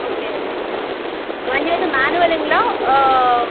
okay வண்டி வந்து மேனுவலுங்களா